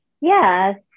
Yes